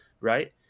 Right